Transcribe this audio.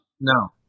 no